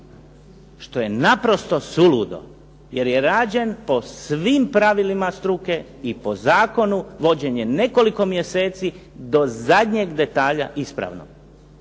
što je naprosto suludo jer je rađen po svim pravilima struke i po zakonu, vođen je nekoliko mjeseci do zadnjeg detalja ispravno.